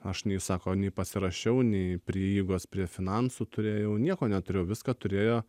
aš nei sako nei pasirašiau nei prieigos prie finansų turėjau nieko neturėjau viską turėjo